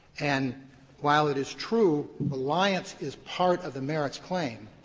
and while it is true, reliance is part of the merits claim.